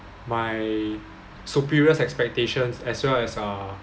my superiors' expectations as well as uh